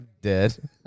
Dead